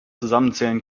zusammenzählen